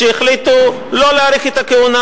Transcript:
שהחליטו לא להאריך את הכהונה,